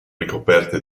ricoperte